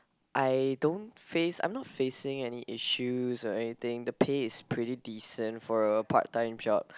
I don't face I'm not facing any issues or anything the pay is pretty decent for a part time job